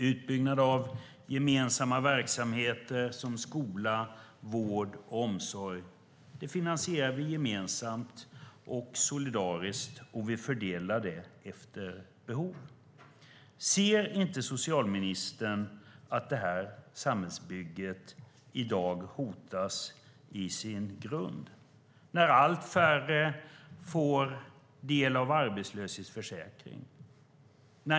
Utbyggnad av gemensamma verksamheter som skola, vård och omsorg finansierar vi gemensamt och solidariskt, och vi fördelar det efter behov. Ser inte socialministern att detta samhällsbygge i dag hotas i sin grund? Allt färre får del av arbetslöshetsförsäkringen.